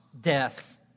death